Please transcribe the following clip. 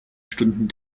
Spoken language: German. stunden